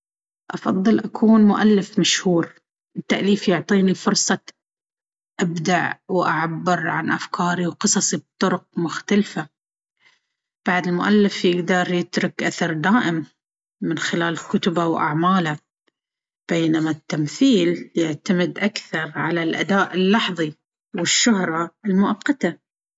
أفضل أكون مؤلف مشهور. التأليف يعطيني فرصة أبدع وأعبر عن أفكاري وقصصي بطرق مختلفة. بعد، المؤلف يقدر يترك أثر دائم من خلال كتبه وأعماله، بينما التمثيل يعتمد أكثر على الأداء اللحظي والشهرة المؤقتة.